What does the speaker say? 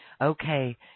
Okay